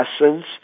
Essence